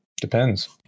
Depends